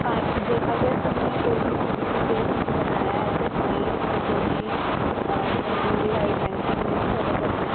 अगर तुसें कोई बी चीटिंग दा केस बनाया ते ओह् साईन जेह्ड़ी चीटिंग दी जेह्ड़ी गाईडलाइंस उनेंगी बी फॉलो करना